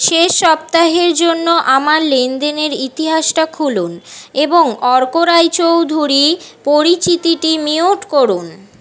শেষ সপ্তাহের জন্য আমার লেনদেনের ইতিহাসটা খুলুন এবং অর্ক রায়চৌধুরী পরিচিতিটি মিউট করুন